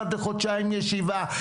אחת לחודשיים ישיבה,